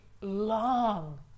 long